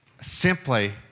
simply